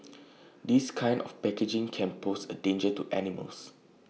this kind of packaging can pose A danger to animals